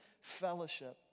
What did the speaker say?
fellowship